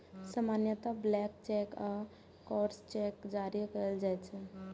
सामान्यतः blank cheque आ crossed cheque जारी कैल जाइ छै